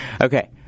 Okay